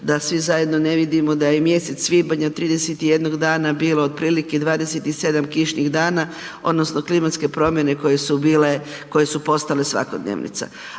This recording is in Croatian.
da svi zajedno ne vidimo da je mjesec svibanj od 31 dana bilo otprilike 27 kišnih dana odnosno klimatske promjene koje su postale svakodnevica